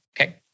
Okay